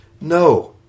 No